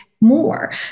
more